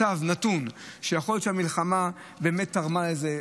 זה מצב נתון, ויכול להיות שהמלחמה באמת תרמה לזה.